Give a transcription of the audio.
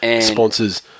sponsors